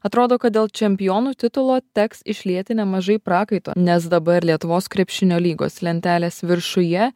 atrodo kad dėl čempionų titulo teks išlieti nemažai prakaito nes dabar lietuvos krepšinio lygos lentelės viršuje